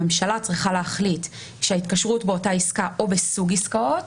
הממשלה צריכה להחליט שההתקשרות באותה עסקה או בסוג עסקאות,